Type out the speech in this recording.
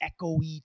echoey